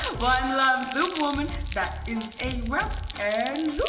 one love, superwoman. that is a wrap, and